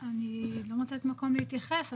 אני לא מוצאת מקום להתייחס.